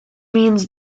means